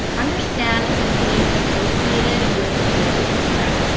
understand the fees associated with your product.